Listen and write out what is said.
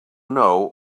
know